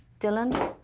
dylan.